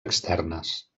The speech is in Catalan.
externes